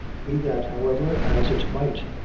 be that, however, as it might,